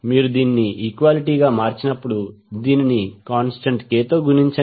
మీరు దీన్ని ఈక్వాలిటీగా మార్చినప్పుడు దీనిని కాంస్టెంట్ k తో గుణించండి